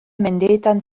mendeetan